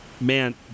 man